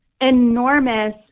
enormous